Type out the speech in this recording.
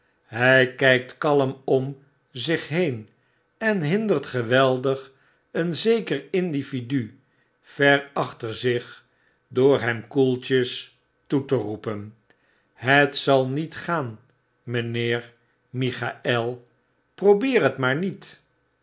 sluiten hjjkykt kalm om zich heen en hindert geweldig een zeker individu ver achter zich door hem koeltjes toe te roepen het zal niet gaan mynheer michael probeer het maar niet